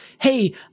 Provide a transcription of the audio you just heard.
hey